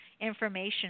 information